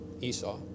Esau